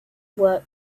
work